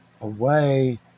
away